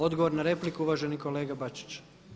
Odgovor na repliku uvaženi kolega Bačić.